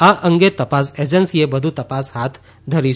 આ અંગે તપાસ એજન્સીએ વધુ તપાસ હાથ ધરી છે